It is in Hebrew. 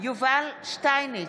יובל שטייניץ,